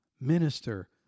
minister